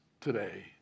today